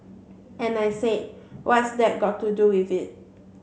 and I said what's that got to do with it